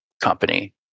company